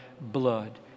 blood